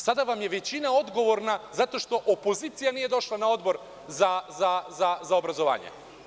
Sada vam je većina odgovorna zato što opozicija nije došla na Odbor za obrazovanje.